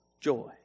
joy